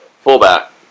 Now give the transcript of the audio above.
fullback